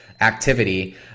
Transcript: activity